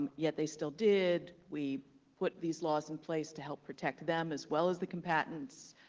um yet they still did. we put these laws in place to help protect them as well as the combatants.